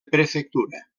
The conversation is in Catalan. prefectura